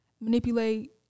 manipulate